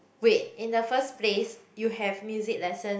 wait in the first place you have music lessons